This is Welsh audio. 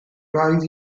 rhaid